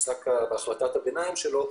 בהחלטת הביניים שלו,